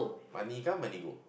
money come money go